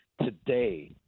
today